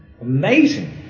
amazing